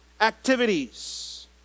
activities